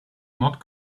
not